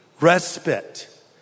respite